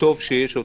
טוב שיש אותה.